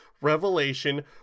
Revelation